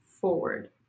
forward